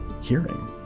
hearing